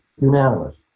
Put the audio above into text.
unanimous